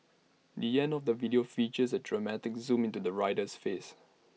the end of the video features A dramatic zoom into the rider's face